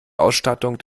ausstattung